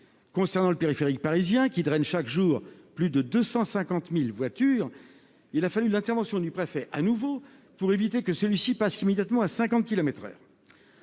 Concernant le périphérique parisien, qui draine chaque jour plus de 250 000 voitures, il a fallu que le préfet intervienne pour éviter que celui-ci ne passe immédiatement à une